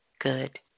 good